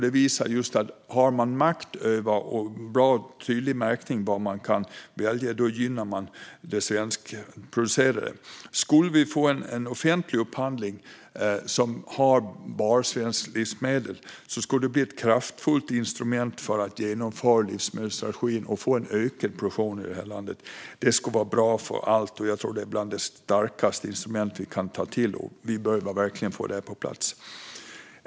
Det visar just att konsumenten har makt, och att en tydlig märkning som gör att man kan välja gör att det svenskproducerade gynnas. Om vi skulle få en offentlig upphandling med enbart svenska livsmedel skulle det bli ett kraftfullt instrument för att genomföra livsmedelsstrategin och få en ökad produktion i det här landet. Det skulle vara bra för allt, och jag tror att det är bland det starkaste instrument vi kan ta till. Vi behöver verkligen få det här på plats.